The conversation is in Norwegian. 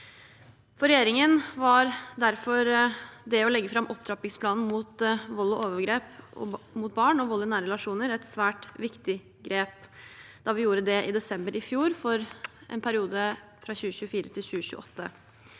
For regjeringen var derfor det å legge fram opptrappingsplanen mot vold og overgrep mot barn og vold i nære relasjoner et svært viktig grep, da vi gjorde det i desember i fjor for en periode fra 2024 til 2028.